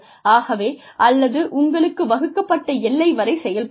ஆகவே அல்லது உங்களுக்கு வகுக்கப்பட்ட எல்லை வரை செயல்படுங்கள்